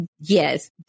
yes